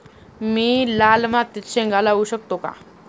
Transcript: मी लाल मातीत शेंगा लावू शकतो का?